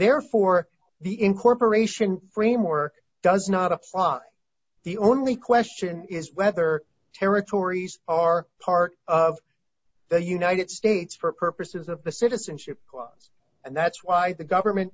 therefore the incorporation framework does not apply the only question is whether territories are part of the united states for purposes of the citizenship clause and that's why the government